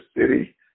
city